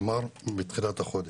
כלומר, מתחילת החודש.